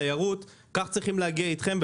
התיירות כך צריך להגיע להסדרים אתכם.